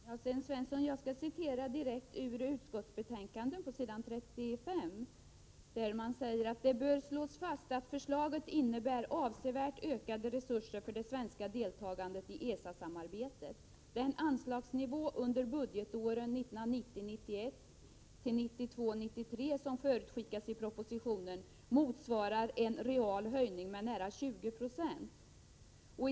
Herr talman! Jag skall, Sten Svensson, citera direkt ur utskottsbetänkandet, s. 35: ”Det bör slås fast att förslaget innebär avsevärt ökade resurser för det svenska deltagandet i ESA-samarbetet. Den anslagsnivå under budgetåren 1990 93 som förutskickas i propositionen motsvarar en real höjning med nära 20 96.